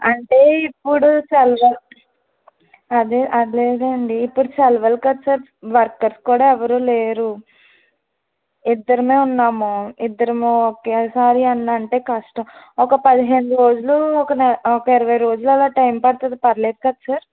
అంటే ఇప్పుడు సెలవులు అదే అదేనండి ఇప్పుడు సెలవులు కదా సర్ వర్కర్స్ కూడా ఎవరూ లేరు ఇద్దరమే ఉన్నాము ఇద్దరము ఒకేసారి అన్నీ అంటే కష్టం ఒక పదిహేను రోజులు ఒక నెల ఒక ఇరవై రోజులు టైం పడుతుంది పర్లేదు కదా సార్